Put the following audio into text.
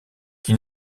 qui